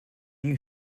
new